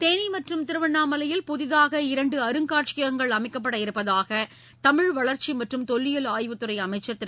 தேனி மற்றும் திருவண்ணாமலையில் புதிதாக இரண்டு அரசு அருங்காட்சியகங்கள் அமைக்கப்பட இருப்பதாக தமிழ் வளர்ச்சி மற்றும் தொல்லியல் ஆய்வுத்துறை அமைச்சர் திரு